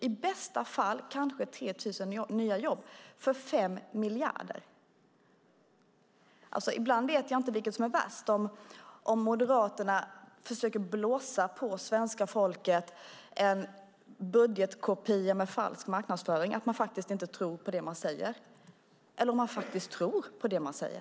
I bästa fall får vi kanske 3 000 nya jobb för 5 miljarder. Ibland vet jag inte vilket som är värst: om Moderaterna försöker blåsa på svenska folket en budgetkopia med falsk marknadsföring, det vill säga att man faktiskt inte tror på det man säger, eller att man faktiskt tror på det man säger.